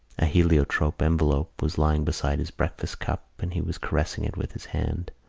a heliotrope envelope was lying beside his breakfast-cup and he was caressing it with his hand.